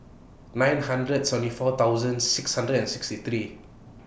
nine hundred seventy four thousand six hundred and sixty three